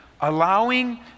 Allowing